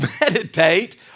meditate